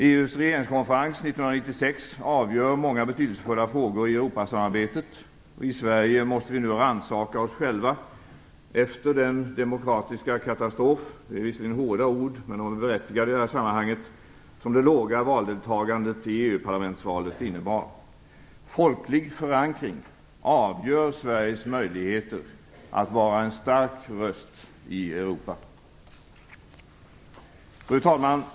EU:s regeringskonferens 1996 avgör många betydelsefulla frågor i Europasamarbetet. I Sverige måste vi nu rannsaka oss själva efter den demokratiska katastrof - det är hårda ord, men de är berättigade i det här sammanhanget - som det låga valdeltagandet i EU-parlamentsvalet innebar. Folklig förankring avgör Sveriges möjligheter att vara en stark röst i Europa. Fru talman!